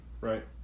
right